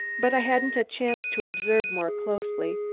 but i hadn't a chance to observe more closely,